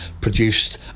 produced